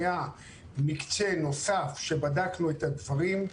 היה מקצה נוסף שבדקנו את הדברים.